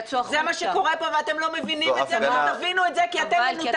זה מה שקורה פה ואתם לא מבינים את זה ולא תבינו את זה כי אתם מנותקים,